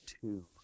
two